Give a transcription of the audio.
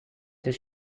does